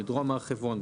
בדרום הר חברון,